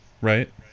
Right